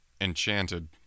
Enchanted